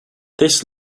this